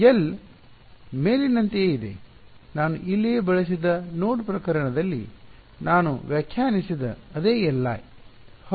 L ಮೇಲಿನಂತೆಯೇ ಇದೆ ನಾನು ಇಲ್ಲಿಯೇ ಬಳಸಿದ ನೋಡ್ ಪ್ರಕರಣದಲ್ಲಿ ನಾನು ವ್ಯಾಖ್ಯಾನಿಸಿದ ಅದೇ Li